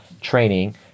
training